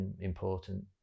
important